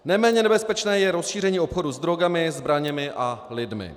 Neméně nebezpečné je rozšíření obchodu s drogami, zbraněmi a lidmi.